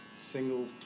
single